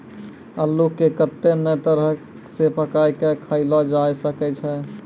अल्लू के कत्ते नै तरह से पकाय कय खायलो जावै सकै छै